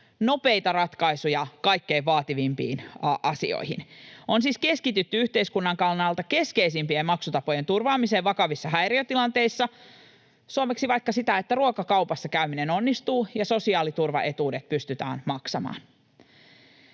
nopeita ratkaisuja kaikkein vaativimpiin asioihin. On siis keskitytty yhteiskunnan kannalta keskeisimpien maksutapojen turvaamiseen vakavissa häiriötilanteissa, suomeksi vaikka siihen, että ruokakaupassa käyminen onnistuu ja sosiaaliturvaetuudet pystytään maksamaan